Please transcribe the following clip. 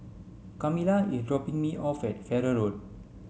Kamilah is dropping me off at Farrer Road